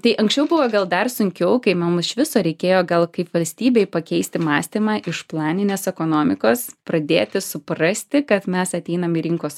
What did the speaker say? tai anksčiau buvo gal dar sunkiau kai mum iš viso reikėjo gal kaip valstybei pakeisti mąstymą iš planinės ekonomikos pradėti suprasti kad mes ateinam į rinkos